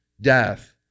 death